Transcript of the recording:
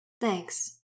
Thanks